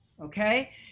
okay